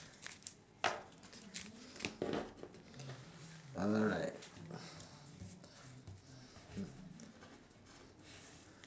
alright